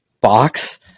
box